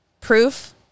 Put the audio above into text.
proof